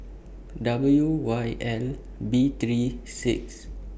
W Y L B three six